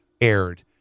aired